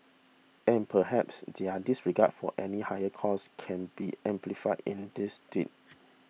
and perhaps their disregard for any higher cause can be amplified in this tweet